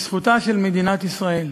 בזכותה של מדינת ישראל.